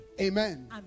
Amen